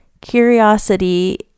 Curiosity